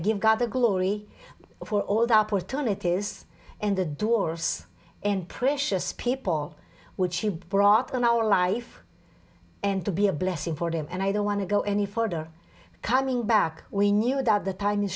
give god the glory for all the opportunities and the doris and precious people which she brought on our life and to be a blessing for them and i don't want to go any further coming back we knew that the ti